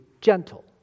gentle